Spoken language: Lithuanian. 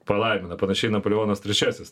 palaimina panašiai napoleonas trečiasis